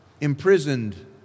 imprisoned